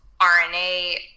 RNA